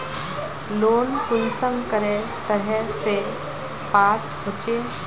Loan कुंसम करे तरह से पास होचए?